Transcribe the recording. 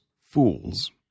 fools